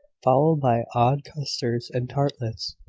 followed by odd custards and tartlets,